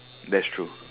that's true